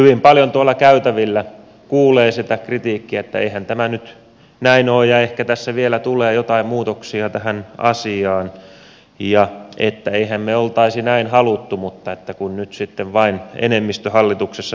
hyvin paljon tuolla käytävillä kuulee sitä kritiikkiä että eihän tämä nyt näin ole ja ehkä tässä vielä tulee joitain muutoksia tähän asiaan ja että emmehän me olisi näin halunneet mutta kun nyt sitten vain enemmistö hallituksessa näin päätti